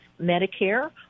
Medicare